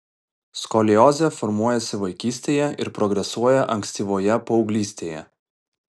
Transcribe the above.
skoliozė formuojasi vaikystėje ir progresuoja ankstyvoje paauglystėje